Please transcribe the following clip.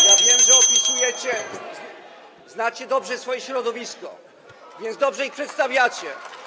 Ja wiem, że to opisujecie, bo znacie dobrze swoje środowisko, więc dobrze ich przedstawiacie.